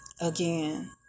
Again